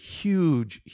huge